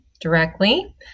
directly